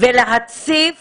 ולהציף